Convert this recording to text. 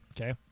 Okay